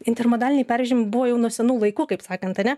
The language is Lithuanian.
intermodaliniai pervežimai buvo jau nuo senų laikų kaip sakant ane